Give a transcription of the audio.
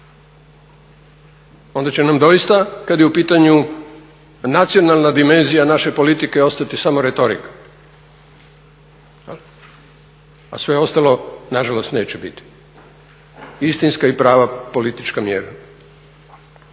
Onda će nam doista kad je u pitanju nacionalna dimenzija naše politike ostati samo retorika, a sve ostalo nažalost neće biti. Istinska i prava politička mjera.